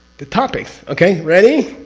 the topics, okay ready?